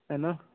हैना